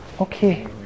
Okay